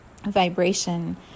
vibration